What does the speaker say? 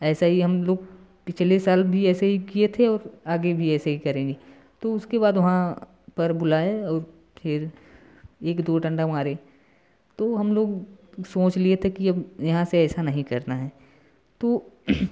ऐसा ही हम लोग पिछले साल भी ऐसे ही किए थे और आगे भी ऐसे ही करेंगे तो उसके बाद वहाँ पर बुलाए और फिर एक दो डंडा मारे तो हम लोग सोच लिए थे कि अब यहाँ से ऐसा नहीं करना है तो